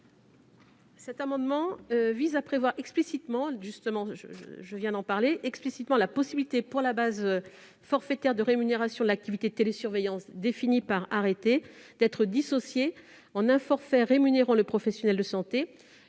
cet amendement vise à prévoir explicitement la possibilité de scinder la base forfaitaire de rémunération de l'activité de télésurveillance, définie par arrêté, en deux parties : l'une rémunérant le professionnel de santé,